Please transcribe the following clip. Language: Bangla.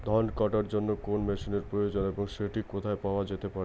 ধান কাটার জন্য কোন মেশিনের প্রয়োজন এবং সেটি কোথায় পাওয়া যেতে পারে?